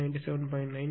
9 kVA